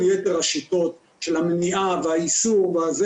כל יתר השיטות של המניעה, האיסור וכולי,